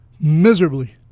miserably